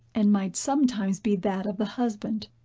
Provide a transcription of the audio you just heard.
and might sometimes be that of the husband.